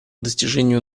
достижению